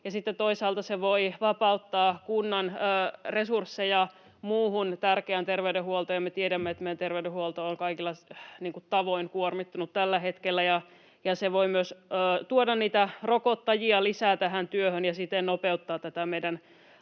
toisaalta se voi vapauttaa kunnan resursseja muuhun tärkeään terveydenhuoltoon. Me tiedämme, että meidän terveydenhuolto on kaikilla tavoin kuormittunut tällä hetkellä, ja se voi myös tuoda rokottajia lisää tähän työhön ja siten nopeuttaa tätä meidän